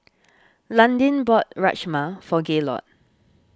Landin bought Rajma for Gaylord